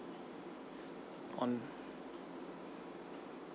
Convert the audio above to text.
on